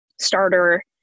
starter